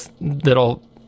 that'll